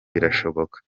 birashoboka